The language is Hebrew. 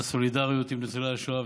על הסולידריות עם ניצולי השואה,